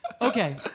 okay